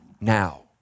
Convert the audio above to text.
now